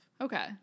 Okay